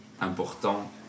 important